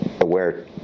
aware